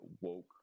woke